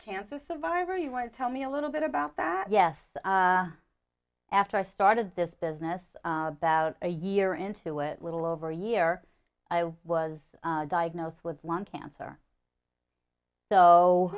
cancer survivor you want to tell me a little bit about that yes after i started this business about a year into it little over a year i was diagnosed with lung cancer so